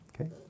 Okay